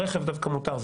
רכב דווקא מותר,